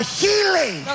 healing